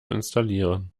installieren